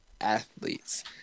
athletes